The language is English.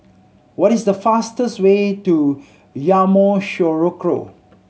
what is the fastest way to Yamoussoukro